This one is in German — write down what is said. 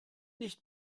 nicht